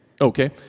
Okay